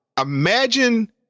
imagine